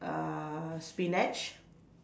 uh spinach